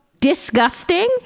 Disgusting